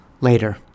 later